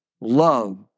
love